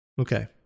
okay